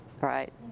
right